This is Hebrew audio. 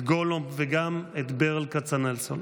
את גולומב וגם את ברל כצנלסון.